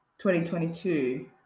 2022